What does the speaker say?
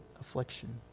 affliction